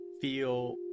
feel